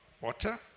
water